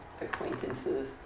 Acquaintances